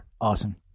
awesome